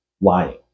lying